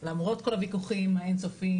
למרות כל הוויכוחים האין-סופיים